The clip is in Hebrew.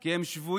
כי הם שבויים.